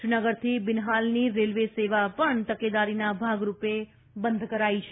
શ્રીનગરથી બીનહાલની રેલવે સેવા પણ તકેદારીના ભાગ રૂપે બંધ કરાઇ છે